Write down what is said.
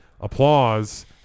applause